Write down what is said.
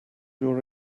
your